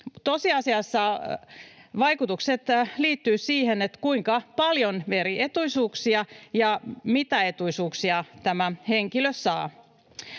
Tosiasiassa vaikutukset liittyvät siihen, kuinka paljon eri etuisuuksia ja mitä etuisuuksia henkilö saa.